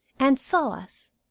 and saw us.